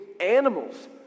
animals